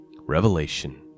Revelation